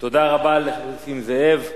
תודה רבה לחבר הכנסת נסים זאב.